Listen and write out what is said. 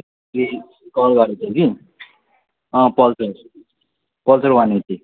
call गरेको थियो कि पल्सर पल्सर वान एट्टी